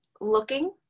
looking